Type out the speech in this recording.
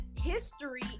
history